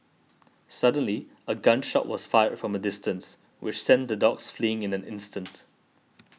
suddenly a gun shot was fired from a distance which sent the dogs fleeing in an instant